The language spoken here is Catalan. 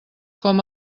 com